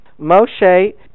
Moshe